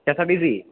K S R T C